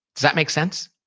does that make sense?